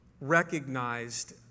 recognized